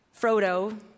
Frodo